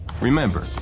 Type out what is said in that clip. Remember